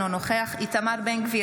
אינו נוכח איתמר בן גביר,